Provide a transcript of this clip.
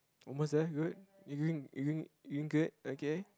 almost there good you doing you doing you doing good okay